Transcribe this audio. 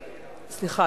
סליחה,